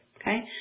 okay